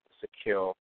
secure